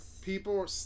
People